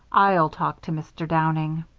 i'll talk to mr. downing.